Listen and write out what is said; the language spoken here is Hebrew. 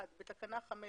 לחוק בתקנה 5,